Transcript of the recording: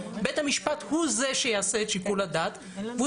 בית המשפט הוא זה שיעשה את שיקול הדעת והוא